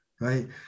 right